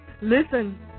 Listen